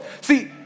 See